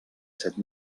set